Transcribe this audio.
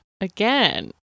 Again